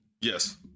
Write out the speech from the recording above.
Yes